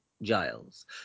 Giles